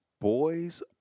boys